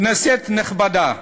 כנסת נכבדה,